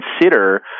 consider